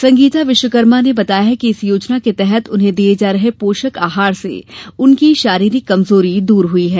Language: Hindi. संगीता विश्वकर्मा ने बताया कि इस योजना के तहत उन्हें दिये जा रहे पोषक आहार से उनकी शारीरिक कमजोरी दूर हुई है